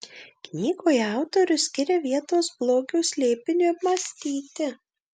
knygoje autorius skiria vietos blogio slėpiniui apmąstyti